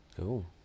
Cool